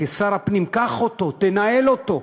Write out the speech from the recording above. כשר הפנים קח אותו, תנהל אותו.